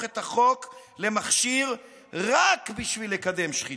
את החוק למכשיר רק בשביל לקדם שחיתות.